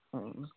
ᱚᱻ